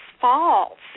false